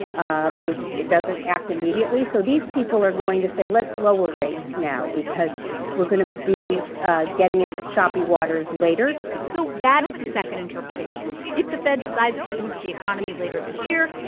um it it doesn't act immediately. so these people are going to say let's lower rates now because we're going to be getting into choppy waters later so that is the second interpretation. if the fed decides to boost the economy later this year,